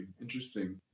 interesting